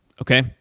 okay